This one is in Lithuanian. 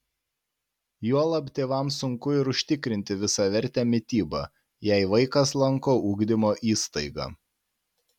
juolab tėvams sunku ir užtikrinti visavertę mitybą jei vaikas lanko ugdymo įstaigą